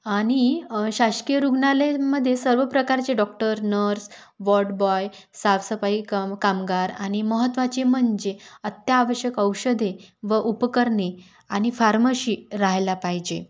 आणि शासकीय रुग्णालयामध्ये सर्व प्रकारचे डॉक्टर नर्स वॉर्डबॉय साफसफाई काम कामगार आणि महत्त्वाचे म्हणजे अत्यावशक औषधे व उपकरणे आणि फार्मशी रहायला पाहिजे